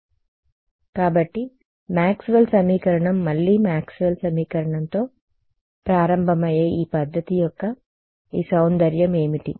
కాబట్టి మాక్స్వెల్ సమీకరణం మళ్లీ మాక్స్వెల్ సమీకరణంతో ప్రారంభమయ్యే ఈ పద్ధతి యొక్క ఈ సౌందర్యం ఏమిటి